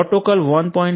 protocol 1